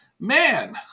Man